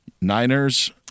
Niners